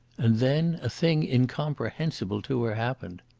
and then a thing incomprehensible to her happened.